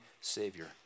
Savior